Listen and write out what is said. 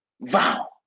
Vow